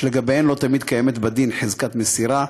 שלגביהן לא תמיד קיימת בדין חזקת מסירה.